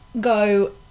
go